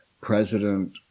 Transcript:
President